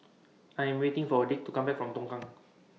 I Am waiting For Dick to Come Back from Tongkang